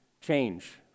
change